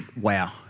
wow